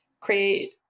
create